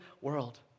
world